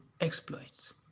exploits